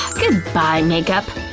goodbye makeup!